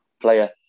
player